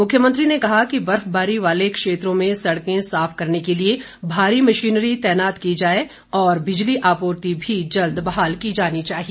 मुख्यमंत्री ने कहा कि बर्फबारी वाले क्षेत्रों में सड़कें साफ करने के लिए भारी मशीनरी तैनात की जाए और बिजली आपूर्ति भी जल्द बहाल की जानी चाहिए